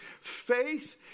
Faith